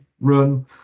run